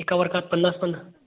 एका वर्गात पन्नास पन्नास